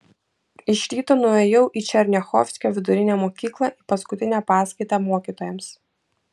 iš ryto nuėjau į černiachovskio vidurinę mokyklą į paskutinę paskaitą mokytojams